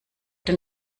den